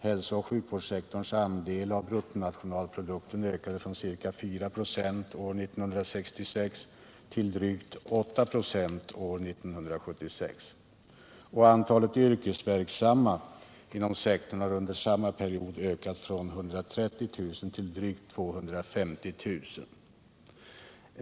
Hälsooch sjukvårdssektorns andel av BNP ökade från ca 496 år 1966 till drygt 896 år 1976. Antalet yrkesverksamma inom sektorn har under samma period ökat från 130 000 till drygt 250 000.